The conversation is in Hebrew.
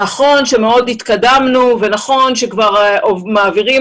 נכון שמאוד התקדמנו ונכון שכבר מעבירים